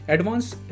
Advanced